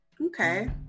Okay